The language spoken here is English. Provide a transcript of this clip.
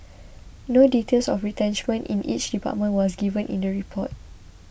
no details of retrenchment in each department was given in the report